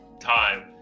time